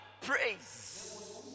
praise